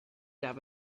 there